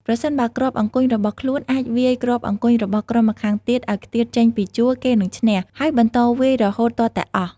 ប្រសិនបើគ្រាប់អង្គញ់របស់ខ្លួនអាចវាយគ្រាប់អង្គញ់របស់ក្រុមម្ខាងទៀតឲ្យខ្ទាតចេញពីជួរ គេនឹងឈ្នះ ហើយបន្តវាយរហូតទាល់តែអស់។